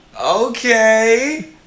Okay